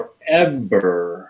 forever